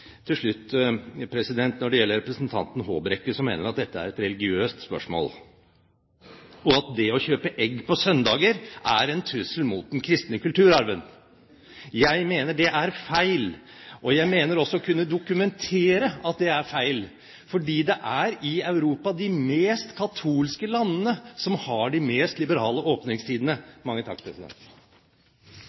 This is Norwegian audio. Til slutt når det gjelder representanten Håbrekke, som mener at dette er et religiøst spørsmål, og at det å kjøpe egg på søndager er en trussel mot den kristne kulturarven. Jeg mener det er feil, og jeg mener også å kunne dokumentere at det er feil, for det er i Europa de mest katolske landene som har de mest liberale åpningstidene.